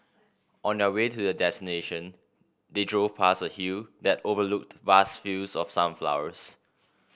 on the way to their destination they drove past a hill that overlooked vast fields of sunflowers